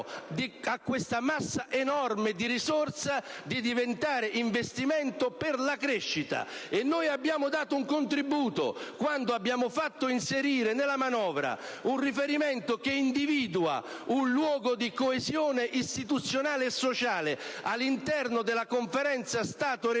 a questa massa enorme di risorse di diventare un investimento per la crescita. In tal senso, il nostro contributo è stato volto a far inserire nella manovra un riferimento che individua un luogo di coesione istituzionale e sociale all'interno della Conferenza Stato-Regioni,